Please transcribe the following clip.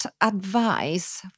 advice